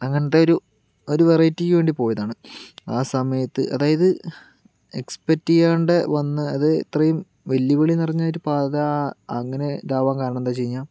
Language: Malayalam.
അങ്ങനത്തെ ഒരു ഒരു വെറൈറ്റിക്ക് വേണ്ടി പോയതാണ് ആ സമയത് അതായത് എക്സ്പെക്ട ചെയ്യാണ്ട് വന്ന അത് ഇത്രയും വെല്ലുവിളി നിറഞ്ഞ ഒരു പാത അങ്ങനെ ഇതാവാൻ കാരണം എന്താന്ന് വെച്ച് കഴിഞ്ഞാൽ